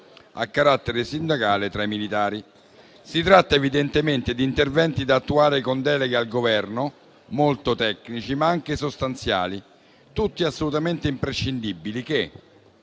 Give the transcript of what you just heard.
a carattere sindacale tra i militari. Si tratta, evidentemente, di interventi da attuare con delega al Governo, molto tecnici ma anche sostanziali, tutti assolutamente imprescindibili, che